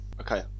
Okay